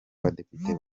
badepite